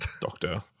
doctor